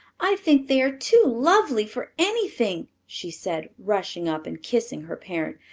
i think they are too lovely for anything! she said, rushing up and kissing her parent.